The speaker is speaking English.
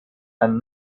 and